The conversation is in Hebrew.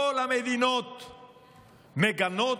כל המדינות מגנות,